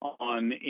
on